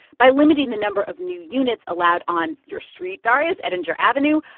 by limiting the number of new units allowed on your street, darius, edinger avenue,